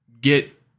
get